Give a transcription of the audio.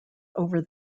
over